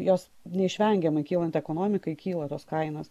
jos neišvengiamai kylant ekonomikai kyla tos kainos